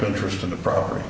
interest in the property